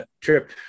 trip